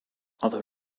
other